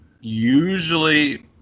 usually